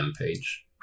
page